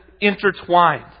intertwined